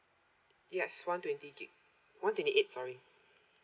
yes one twenty gig one twenty eight sorry